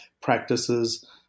practices